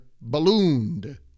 ballooned